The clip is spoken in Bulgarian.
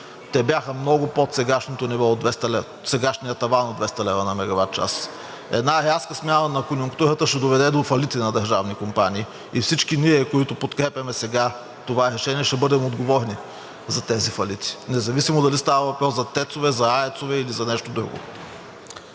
те бяха много под сегашния таван от 200 лв. на мегаватчас. Една рязка смяна на конюнктурата ще доведе до фалити на държавни компании и всички ние, които подкрепяме сега това решение, ще бъдем отговорни за тези фалити, независимо дали става въпрос за ТЕЦ-ове, за АЕЦ-ове или за нещо друго.